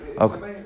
okay